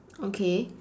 okay